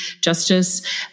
justice